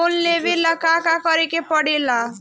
Loan लेबे ला का करे के पड़े ला?